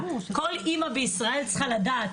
כל אמא בישראל צריכה לדעת,